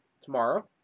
tomorrow